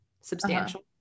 substantial